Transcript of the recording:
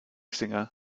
singer